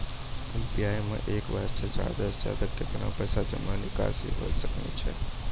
UPI से एक बार मे ज्यादा से ज्यादा केतना पैसा जमा निकासी हो सकनी हो?